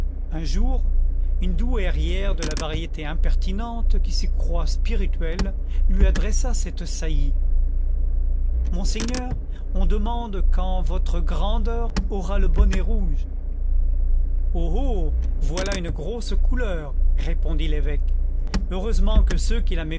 un jour une douairière de la variété impertinente qui se croit spirituelle lui adressa cette saillie monseigneur on demande quand votre grandeur aura le bonnet rouge oh oh voilà une grosse couleur répondit l'évêque heureusement que ceux qui la